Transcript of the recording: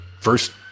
first –